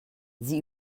sie